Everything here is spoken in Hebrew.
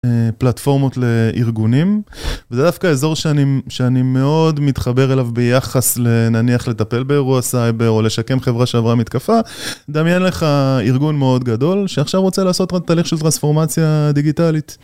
פלטפורמות לארגונים, וזה דווקא האזור שאני מאוד מתחבר אליו ביחס לנניח לטפל באירוע סייבר, או לשקם חברה שעברה מתקפה. דמיין לך ארגון מאוד גדול, שעכשיו רוצה לעשות תהליך של טרנספורמציה דיגיטלית.